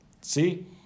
see